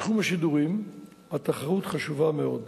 בתחום השידורים התחרות חשובה מאוד,